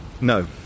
No